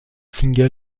single